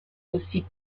aussi